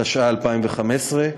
התשע"ה 2015,